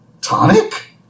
tonic